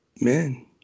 man